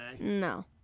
No